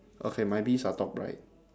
okay my bees are top right